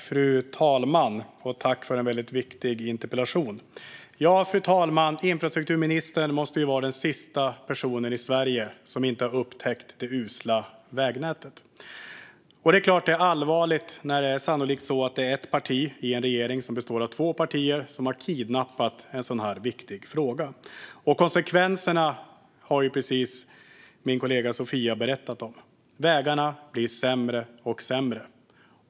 Fru talman! Jag tackar för en väldigt viktig interpellation. Fru talman! Infrastrukturministern måste vara den sista personen i Sverige som inte har upptäckt det usla vägnätet. Det är klart att det är allvarligt när det sannolikt är ett parti i en regering som består av två partier som har kidnappat en sådan här viktig fråga. Konsekvenserna har min kollega Sofia precis berättat om. Vägarna blir sämre och sämre.